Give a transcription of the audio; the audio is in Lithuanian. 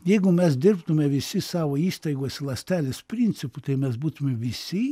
jeigu mes dirbtume visi savo įstaigose ląstelės principu tai mes būtume visi